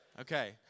Okay